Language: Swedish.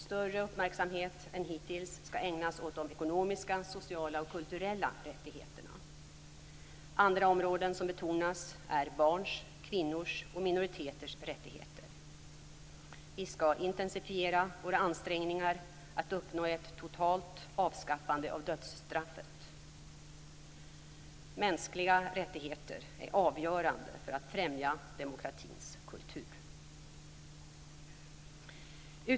Större uppmärksamhet än hittills skall ägnas åt de ekonomiska, sociala och kulturella rättigheterna. Andra områden som betonas är barns, kvinnors och minoriteters rättigheter. Vi skall intensifiera våra ansträngningar att uppnå ett totalt avskaffande av dödsstraffet. Mänskliga rättigheter är avgörande för att främja demokratins kultur.